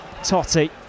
Totti